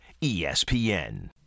ESPN